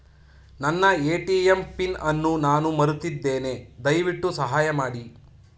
ನನ್ನ ATM PIN ಅನ್ನು ನಾನು ಮರೆತಿದ್ದೇನೆ, ದಯವಿಟ್ಟು ಸಹಾಯ ಮಾಡಿ